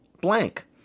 blank